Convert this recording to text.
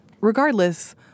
Regardless